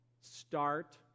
start